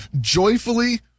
joyfully